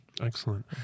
Excellent